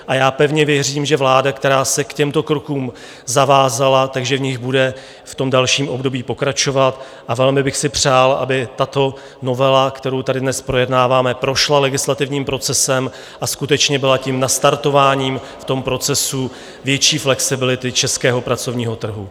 A já pevně věřím, že vláda, která se k těmto krokům zavázala, v nich bude v tom dalším období pokračovat, a velmi bych si přál, aby tato novela, kterou tady dnes projednáváme, prošla legislativním procesem a skutečně byla tím nastartováním v tom procesu větší flexibility českého pracovního trhu.